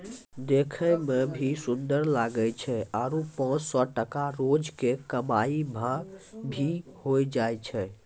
देखै मॅ भी सुन्दर लागै छै आरो पांच सौ टका रोज के कमाई भा भी होय जाय छै